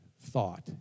thought